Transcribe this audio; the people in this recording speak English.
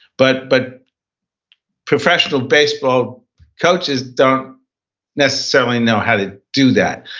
but but professional baseball coaches don't necessarily know how to do that.